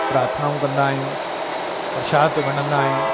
प्रार्थनाऊं कंदा आहियूं प्रशाद वंडन्दा आहियूं